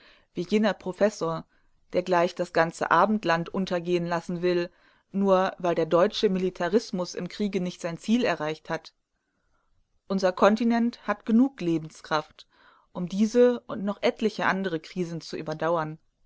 wie jener professor der gleich das ganze abendland untergehen lassen will nur weil der deutsche militarismus im kriege nicht sein ziel erreicht hat unser kontinent hat genug lebenskraft um diese und noch etliche andere krisen zu überdauern